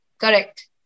Correct